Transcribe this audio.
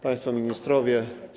Państwo Ministrowie!